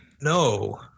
No